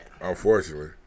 Unfortunately